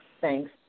Thanks